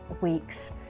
week's